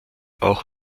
auch